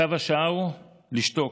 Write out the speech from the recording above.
צו השעה הוא לשתוק.